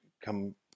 come